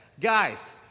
guys